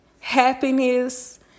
happiness